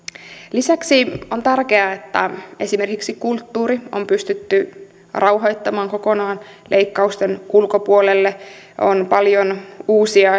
lisäksi on tärkeää että esimerkiksi kulttuuri on pystytty rauhoittamaan kokonaan leikkausten ulkopuolelle on paljon uusia